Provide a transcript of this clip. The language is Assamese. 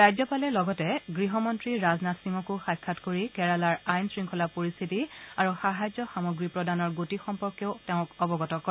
ৰাজ্যপালে লগতে গৃহমন্ত্ৰী ৰাজনাথ সিঙকো সাক্ষাৎ কৰি কেৰালাৰ আইন শংখলা পৰিস্থিতি আৰু সাহায্য সামগ্ৰী প্ৰদানৰ গতি সম্পৰ্কে তেওঁক অৱগত কৰে